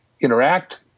interact